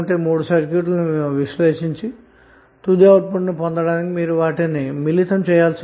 ఒక వేళ సర్క్యూట్ లో 3 స్వతంత్రమైన సోర్స్ లు కలిగి ఉంటే మీరు తుది ఔట్పుట్ ను పొందడానికి 3 సర్క్యూట్లను విశ్లేషించి వాటిని మిళితం చేయాలన్నమాట